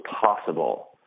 possible